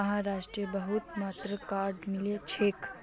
महाराष्ट्रत बहुत मात्रात कॉटन मिल छेक